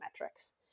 metrics